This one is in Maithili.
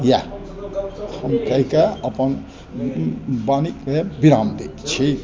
इएह हम कहिकऽ अपन वाणीके विराम दैत छी